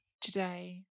today